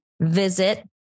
visit